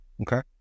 Okay